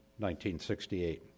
1968